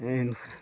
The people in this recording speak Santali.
ᱮᱱᱠᱷᱟᱱ